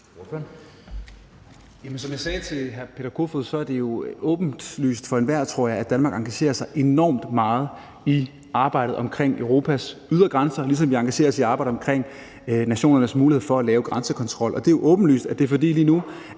Som jeg sagde til hr. Peter Kofod, er det jo åbenlyst for enhver, tror jeg, at Danmark engagerer sig enormt meget i arbejdet omkring Europas ydre grænser, ligesom vi engagerer os i arbejdet omkring nationernes mulighed for at lave grænsekontrol. Og det er åbenlyst, at det er, fordi der lige nu